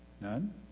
None